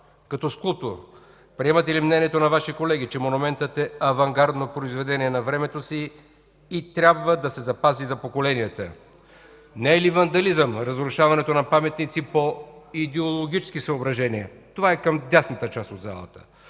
Като скулптор приемате ли мнението на Ваши колеги, че монументът е авангардно произведение за времето си и трябва да се запази за поколенията? Не е ли вандализъм разрушаването на паметници по идеологически съображения? – това е към дясната част от залата.